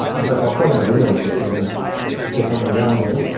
in fact i'll plug in a video input so we can get something going here.